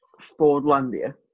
Fordlandia